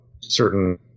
certain